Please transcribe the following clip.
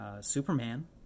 Superman